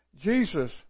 Jesus